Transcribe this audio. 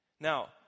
Now